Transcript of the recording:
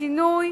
השינוי